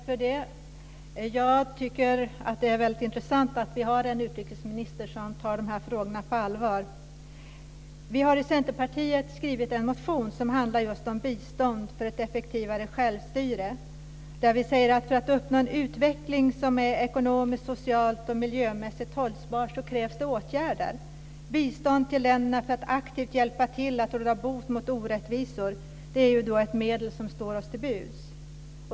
Fru talman! Jag tycker att det är väldigt intressant att vi har en utrikesminister som tar dessa frågor på allvar. Vi har i Centerpartiet skrivit en motion som handlar just om bistånd för ett effektivare självstyre, där vi säger att det, för att uppnå en utveckling som är ekonomiskt, socialt och miljömässigt hållbar, krävs åtgärder. Det krävs bistånd till länderna, så att vi aktivt hjälper till att råda bot mot orättvisor. Det är ett medel som står oss till buds.